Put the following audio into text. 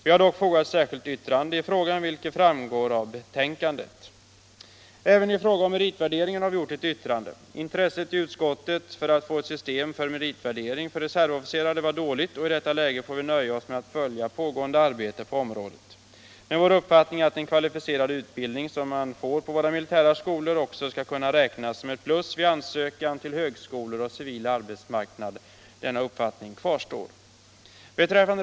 Vi har dock skrivit ett särskilt yttrande i frågan, vilket framgår av betänkandet. Även i frågan om meritvärderingen har vi avgett ett yttrande till betänkandet. Intresset i utskottet för att få ett system för meritvärdering för reservofficerare var dåligt, och i detta läge får vi nöja oss med att följa pågående arbete på området. Men vår uppfattning att den kvalificerade utbildning som man får på våra militära skolor också skall kunna räknas som ett plus vid ansökan till högskolor och civil arbetsmarknad kvarstår.